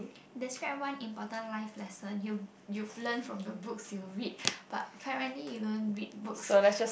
describe one important life lesson you've you've learn from the books you read but apparently you don't read books